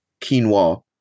quinoa